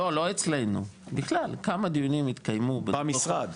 לא, לא אצלנו, בכלל, כמה דיונים התקיימו במשרד,